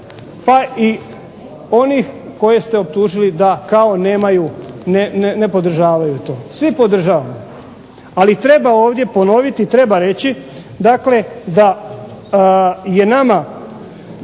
pa i onih koje ste optužili da kao nemaju, ne podržavaju to. Svi podržavamo, ali treba ovdje ponoviti i treba reći da je nama